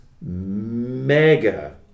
mega